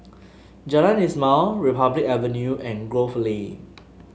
Jalan Ismail Republic Avenue and Grove Lane